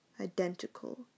identical